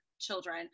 children